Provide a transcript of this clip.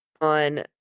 on